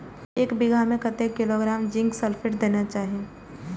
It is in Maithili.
एक बिघा में कतेक किलोग्राम जिंक सल्फेट देना चाही?